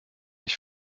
ich